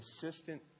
consistent